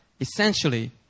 Essentially